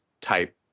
type